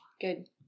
Good